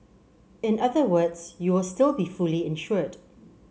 in other words you will still be fully insured